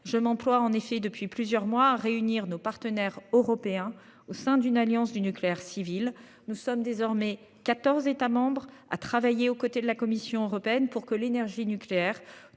je m'emploie en effet depuis plusieurs mois réunir nos partenaires européens au sein d'une alliance du nucléaire civil. Nous sommes désormais 14 membres à travailler aux côtés de la Commission européenne pour que l'énergie nucléaire